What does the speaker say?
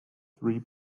three